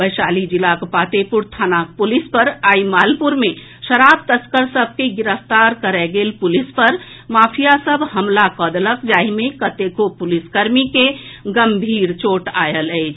वैशाली जिलाक पातेपुर थानाक पुलिस पर आइ मालपुर मे शराब तस्कर सभ के गिरफ्तार करए गेल पुलिस पर माफिया सभ हमला कऽ देलक जाहि मे कतेको पुलिसकर्मी के गम्भीर चोट आयल अछि